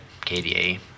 KDA